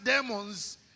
demons